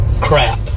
Crap